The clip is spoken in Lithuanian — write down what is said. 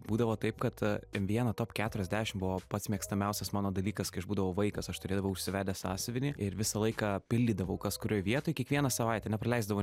būdavo taip kad m vieno top keturiasdešim buvo pats mėgstamiausias mano dalykas kai aš būdavau vaikas aš turėdavau užsivedęs sąsiuvinį ir visą laiką pildydavau kas kurioj vietoj kiekvieną savaitę nepraleisdavau